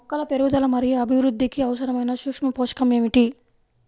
మొక్కల పెరుగుదల మరియు అభివృద్ధికి అవసరమైన సూక్ష్మ పోషకం ఏమిటి?